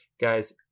guys